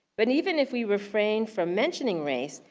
but even if we refrain from mentioning race,